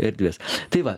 erdvės tai va